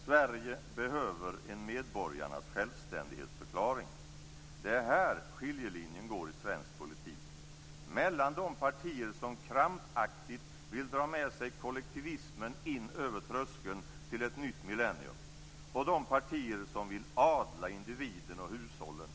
Sverige behöver en medborgarnas självständighetsförklaring. Det är här skiljelinjen går i svensk politik, mellan de partier som krampaktigt vill dra med sig kollektivismen in över tröskeln till ett nytt millennium och de partier som vill adla individen och hushållen.